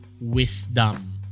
wisdom